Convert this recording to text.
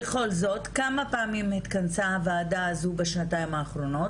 כמה פעמים התכנסה הוועדה הזו בשנתיים האחרונות?